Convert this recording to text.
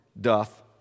doth